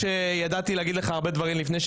כולם יודעים שזה היה התירוץ של נתניהו